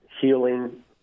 healing